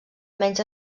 menys